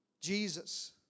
Jesus